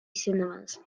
cinemas